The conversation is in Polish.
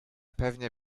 pewnie